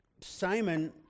Simon